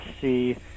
see